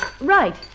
Right